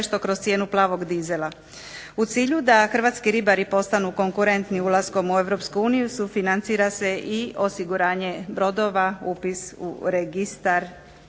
hrvatski ribari postanu konkurentni ulaskom u EU sufinancira se i osiguranje brodova, upis u registar